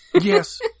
Yes